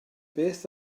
beth